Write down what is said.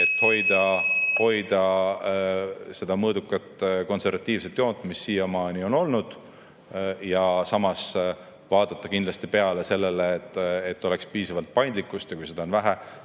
et hoida mõõdukat konservatiivset joont, mis siiamaani on olnud, ja samas vaadata kindlasti seda, et oleks piisavalt paindlikkust, ja kui seda on vähe,